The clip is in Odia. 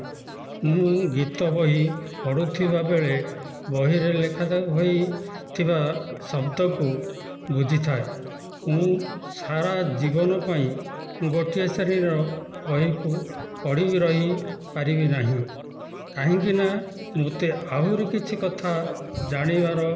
ମୁଁ ଗୀତ ବହି ପଢ଼ୁଥିବା ବେଳେ ବହିରେ ଲେଖା ହୋଇଥିବା ଶବ୍ଦକୁ ବୁଝିଥାଏ ମୁଁ ସାରା ଜୀବନ ପାଇଁ ଗୋଟିଏ ଶ୍ରେଣୀର ବହିକୁ ପଢ଼ି ରହି ପାରିବିନାହିଁ କାହିଁକିନା ମତେ ଆହୁରି କିଛି କଥା ଜାଣିବାର ଅଛି